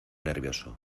nervioso